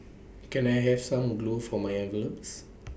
can I have some glue for my envelopes